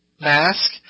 mask